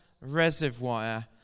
reservoir